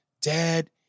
dad